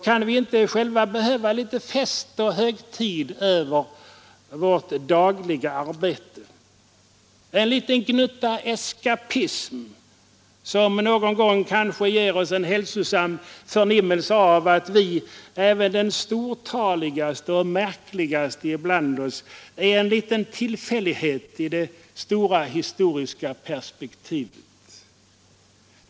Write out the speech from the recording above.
Kan vi inte själva behöva litet fest och högtid över vårt dagliga arbete, en liten gnutta eskapism som någon gång kanske ger oss en hälsosam förnimmelse av att vi — även den stortaligaste och märkligaste bland-oss — är en liten tillfällighet i det stora historiska perspektivet?